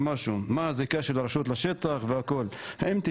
מי שיודע לחיות עם הטבע זה האנשים שחיים במקום.